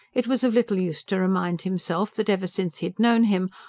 it was of little use to remind himself that, ever since he had known him,